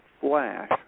flash